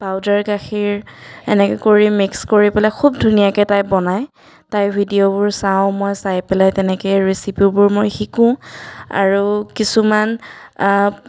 powder গাখীৰ এনেকৈ কৰি মিক্স কৰি পেলাই খুব ধুনীয়াকৈ তাই বনায় তাইৰ ভিডিঅ'বোৰ চাওঁ মই চাই পেলাই তেনেকৈ ৰেচিপবোৰ মই শিকোঁ আৰু কিছুমান